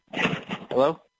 Hello